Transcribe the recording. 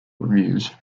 reviews